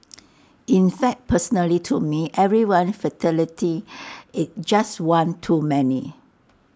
in fact personally to me every one fatality is just one too many